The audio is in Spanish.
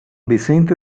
vicente